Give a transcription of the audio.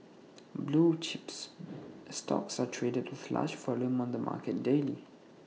blue chips stocks are traded with large volume on the market daily